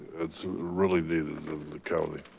it's really the the county.